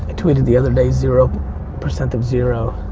tweeted the other day zero percent of zero